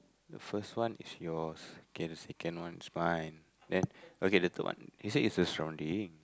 the first one is your second second one is fine okay the third one he say is the surrounding